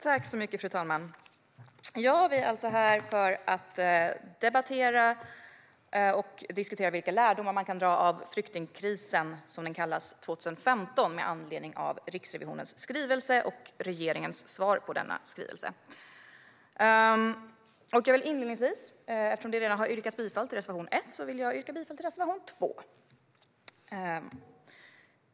Fru talman! Vi är här för att debattera och diskutera vilka lärdomar man kan dra av flyktingkrisen, som den kallas, 2015 med anledning av Riksrevisionens skrivelse och regeringens svar på denna skrivelse. Inledningsvis vill jag, eftersom det redan har yrkats bifall till reservation 1, yrka bifall till reservation 2.